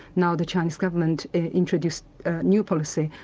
now the chinese government introduced a new policy,